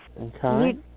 Okay